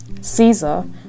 Caesar